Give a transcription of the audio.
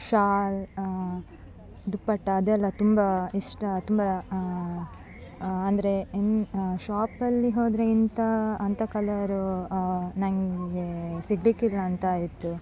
ಶಾಲು ದುಪ್ಪಟ ಅದೆಲ್ಲ ತುಂಬ ಇಷ್ಟ ತುಂಬ ಅಂದರೆ ಏನು ಶಾಪಲ್ಲಿ ಹೋದರೆ ಇಂಥ ಅಂಥ ಕಲರು ನನಗೆ ಸಿಗಲಿಕ್ಕಿಲ್ಲ ಅಂತ ಇತ್ತು